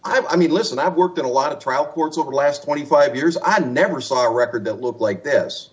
i mean listen i've worked in a lot of trial courts over the last twenty five years i never saw a record that looked like this